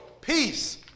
peace